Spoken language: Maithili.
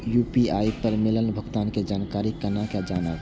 यू.पी.आई पर मिलल भुगतान के जानकारी केना जानब?